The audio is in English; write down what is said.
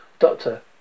Doctor